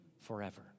forever